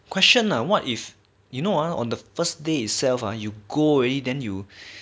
question uh what if you you know ah on the first day itself uh you go already then you